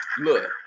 Look